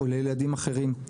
או לילדים אחרים.